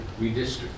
redistrict